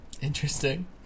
Interesting